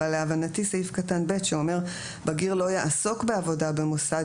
אבל להבנתי סעיף קטן (ב) שאומר "בגיר לא יעסוק בעבודה במוסד",